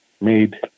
made